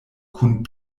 kun